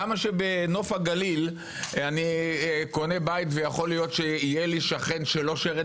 למה שבנוף הגליל אני קונה בית ויכול להיות שיהיה לי שכן שלא שירת